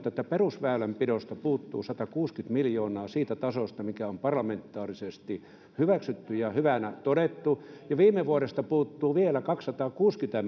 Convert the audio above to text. että perusväylänpidosta puuttuu satakuusikymmentä miljoonaa siitä tasosta mikä on parlamentaarisesti hyväksytty ja hyväksi todettu ja viime vuodesta puuttuu vielä kaksisataakuusikymmentä